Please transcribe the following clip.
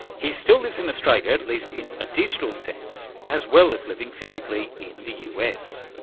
he still lives in australia, at at least in a digital sense, as well as living physically in the us.